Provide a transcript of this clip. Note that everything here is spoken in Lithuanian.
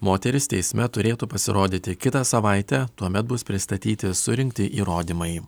moteris teisme turėtų pasirodyti kitą savaitę tuomet bus pristatyti surinkti įrodymai